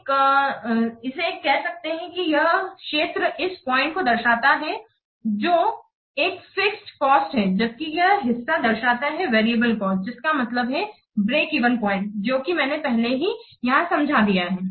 एक सकते हैं कि यह क्षेत्र इस पॉइंट को दर्शाता है जो दर्शाता है एक फिक्स्ड कॉस्ट जबकि यह हिस्सा दर्शाता है वेरिएबल कॉस्ट जिसका मतलब है ब्रेक इवन चार्ट जो कि मैंने पहले ही यहां समझा दिया है